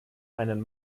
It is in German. einen